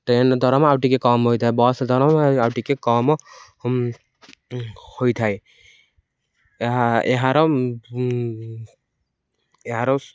train ଦରମା ଆଉ ଟିକେ କମ ହୋଇଥାଏ ବସ୍ ଦରମା ଆଉ ଟିକେ କମ ହୋଇଥାଏ ଏହା ଏହାର ଏହାର